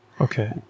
Okay